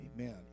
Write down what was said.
Amen